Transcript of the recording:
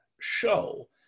show